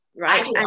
right